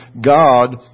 God